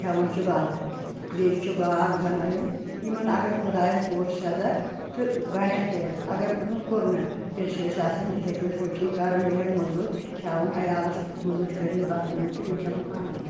کھؠوان چھِ بَتہٕ بیٚیہِ چھُ باغ بنٲومٕتۍ یِمن اگَر خۄدایَن کوٚر سیٚزر تہٕ بَنٮ۪کھ کینٛہہ اگر نہٕ کوٚرنَکھ تیٚلہِ چھِ أسۍ آسان یِتھے کٔنۍ ہوکھی کَران یِہوے موزوٗرۍ کھیاوان عَیالَس موزوٗرۍ کٔرِتھ بتہٕ میوٚنٛڈ تہٕ بیٚیہِ کھؠوان پانَس